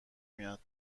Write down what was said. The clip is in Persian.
میاد